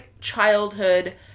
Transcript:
childhood